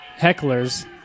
hecklers